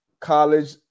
college